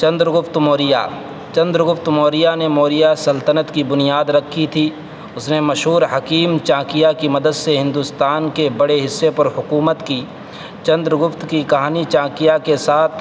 Chandra Gupta Maurya Chandragupta Maurya نے موریہ سلطنت کی بنیاد رکھی تھی اس نے مشہور حکیم چانکیہ کی مدد سے ہندوستان کے بڑے حصے پر حکومت کی چندر گپت کی کہانی چانکیہ کے ساتھ